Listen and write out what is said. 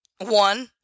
One